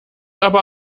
aber